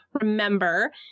remember